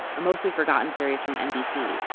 a mostly forgotten series from nbc,